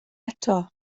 eto